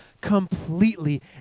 completely